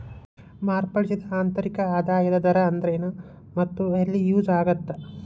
ಮಾರ್ಪಡಿಸಿದ ಆಂತರಿಕ ಆದಾಯದ ದರ ಅಂದ್ರೆನ್ ಮತ್ತ ಎಲ್ಲಿ ಯೂಸ್ ಆಗತ್ತಾ